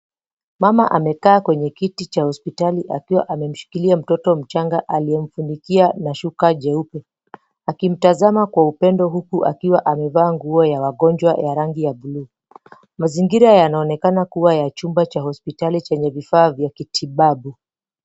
Mama amekaa kwenye kiti cha hospitali akiwa amemshikilia mtoto mchanga aliye mfunikia shuka jeupe akimtazama kwa upendo huku akiwa amevaa nguo ya wangonja ya rangi ya buluu mazingira yanaonekana ya chumba cha hospitali yenye vifaa vya kitibabu.